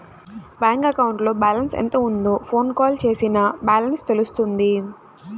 bank అకౌంట్లో balance ఎంత ఉందో ఫోన్ కాల్ చేసినా బ్యాలెన్స్ తెలుస్తుంది